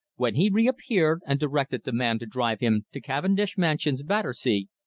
when he reappeared and directed the man to drive him to cavendish mansions, battersea,